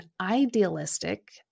idealistic